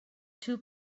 two